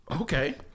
Okay